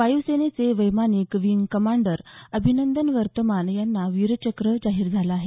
वायुसेनेचे वैमानिक wing commander Abhinandan Varthaman यांना वीरचक्र जाहीर झालं आहे